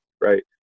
right